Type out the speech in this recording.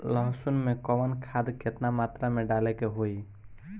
लहसुन में कवन खाद केतना मात्रा में डाले के होई?